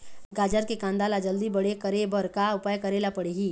गाजर के कांदा ला जल्दी बड़े करे बर का उपाय करेला पढ़िही?